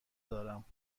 دارم